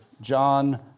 John